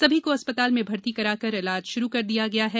सभी को अस्पताल में भर्ती कराकर इलाज प्रारंभ किया गया है